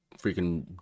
freaking